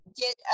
get